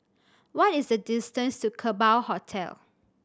what is the distance to Kerbau Hotel